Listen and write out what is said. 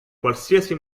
qualsiasi